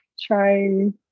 trying